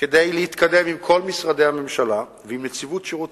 כדי להתקדם עם כל משרדי הממשלה ועם נציבות שירות